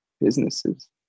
businesses